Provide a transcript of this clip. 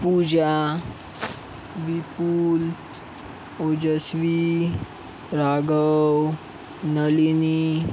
Pooja Vipul Ojaswi Raghav Nalini